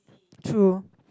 true